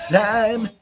time